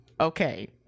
okay